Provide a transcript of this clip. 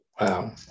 Wow